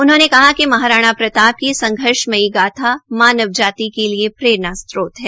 उन्होंने कहा कि महाराणा प्रताप की संघर्षमयी गाथा मानव जाति के लिये प्ररेणा स्त्रोत है